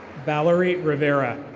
valerie rivera.